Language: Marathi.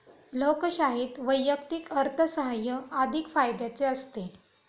लोकशाहीत वैयक्तिक अर्थसाहाय्य अधिक फायद्याचे असते